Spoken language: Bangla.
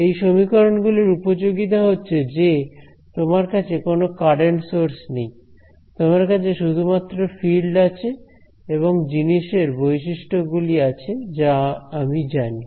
এই সমীকরণ গুলির উপযোগিতা হচ্ছে যে তোমার কাছে কোন কারেন্ট সোর্স নেই তোমার কাছে শুধুমাত্র ফিল্ড আছে এবং জিনিসের বৈশিষ্ট্যগুলি আছে যা আমি জানি